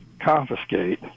confiscate